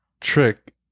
trick